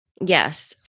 Yes